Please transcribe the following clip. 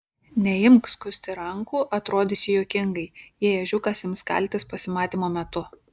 neimk skusti rankų atrodysi juokingai jei ežiukas ims kaltis pasimatymo metu